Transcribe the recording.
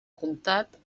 comtat